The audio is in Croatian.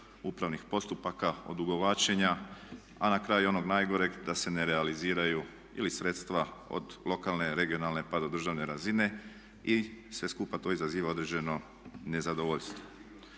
upravnih postupaka, odugovlačenja, a na kraju i onog najgoreg da se ne realiziraju ili sredstva od lokalne, regionalne, pa do državne razine i sve skupa to izaziva određeno nezadovoljstvo.